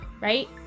right